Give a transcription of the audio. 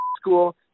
school